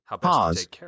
Pause